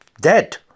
dead